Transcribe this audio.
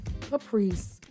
Caprice